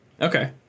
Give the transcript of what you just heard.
Okay